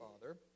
Father